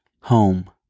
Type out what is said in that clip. Home